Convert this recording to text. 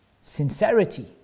Sincerity